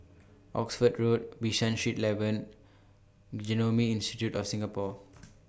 Oxford Road Bishan Street eleven and Genome Institute of Singapore